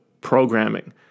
programming